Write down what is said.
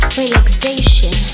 relaxation